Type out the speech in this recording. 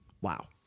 Wow